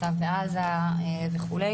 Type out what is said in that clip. וכו'.